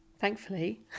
thankfully